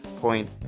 point